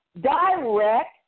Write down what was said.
direct